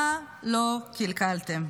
מה לא קלקלתם?